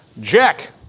Jack